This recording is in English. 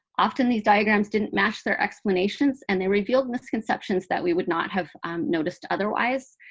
often these diagrams didn't match their explanations. and they revealed misconceptions that we would not have noticed otherwise.